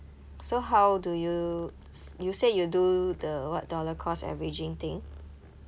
so how do you you say you do the what dollar cost averaging thing